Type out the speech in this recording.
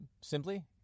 simply